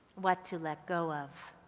what to let go of,